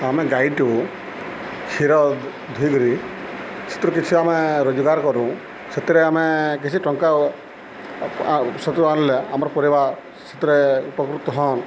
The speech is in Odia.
ଆମେ ଗାଈଠୁ କ୍ଷୀର ଧୁଇଁକରି ସେଥିରୁ କିଛି ଆମେ ରୋଜଗାର କରୁ ସେଥିରେ ଆମେ କିଛି ଟଙ୍କା ସେଥୁରୁ ଆଣିଲେ ଆମର ପରିବାର ସେଥିରେ ଉପକୃତ ହୁଅନ୍